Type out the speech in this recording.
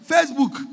Facebook